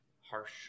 harsh